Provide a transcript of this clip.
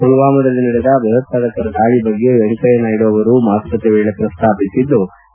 ಪುಲ್ನಾಮದಲ್ಲಿ ನಡೆದ ಭಯೋತ್ವಾದಕರ ದಾಳಿ ಬಗ್ಗೆ ವೆಂಕಯ್ನನಾಯ್ತು ಅವರು ಮಾತುಕತೆ ವೇಳೆ ಶ್ರಸ್ತಾಪಿಸಿದ್ಲು